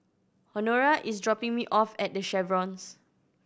Honora is dropping me off at The Chevrons